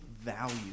value